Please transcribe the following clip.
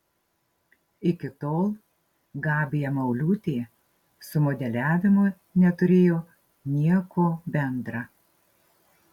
iki tol gabija mauliūtė su modeliavimu neturėjo nieko bendra